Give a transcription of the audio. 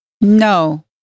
No